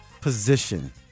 position